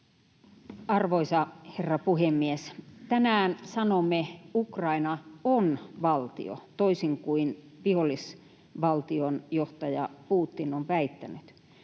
Arvoisa herra puhemies! Tänään sanomme: Ukraina on valtio — toisin kuin vihollisvaltion johtaja Putin on väittänyt.